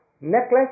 necklace